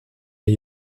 der